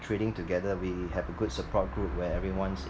trading together we have a good support group where everyone's